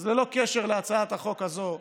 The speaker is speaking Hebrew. אז ללא קשר להצעת החוק הזו,